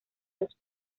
los